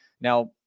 Now